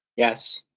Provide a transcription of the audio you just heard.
yes.